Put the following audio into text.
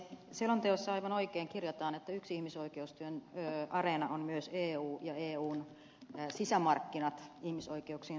selonteossa aivan oikein kirjataan että yksi ihmisoikeustyön areena on myös eu ja eun sisämarkkinat ihmisoikeuksien suhteen